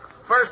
First